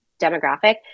demographic